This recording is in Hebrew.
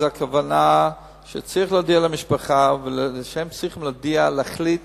הכוונה שצריך להודיע למשפחה והם צריכים להחליט